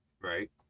Right